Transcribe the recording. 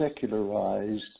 secularized